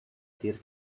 dir